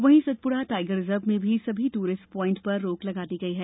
वहीं Satpura tiger reserve में भी सभी टूरिस्ट पाइण्ट पर रोक लगा दी गई है